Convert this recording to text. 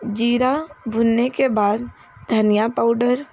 जीरा भुनने के बाद धनिया पाउडर